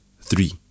three